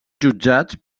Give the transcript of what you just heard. jutjats